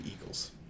Eagles